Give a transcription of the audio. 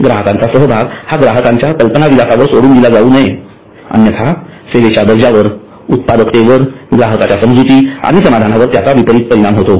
ग्राहकांचा सहभाग हा ग्राहकांच्या कल्पनाविलासावर सोडून दिला जावू नये अन्यथा सेवेच्या दर्जावर उत्पादकतेवर ग्राहकांच्या समजुती आणि समाधानावर त्याचा विपरीत परिणाम होतो